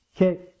Okay